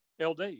LD